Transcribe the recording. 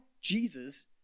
Jesus